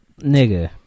Nigga